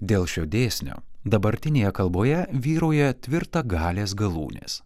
dėl šio dėsnio dabartinėje kalboje vyrauja tvirtagalės galūnės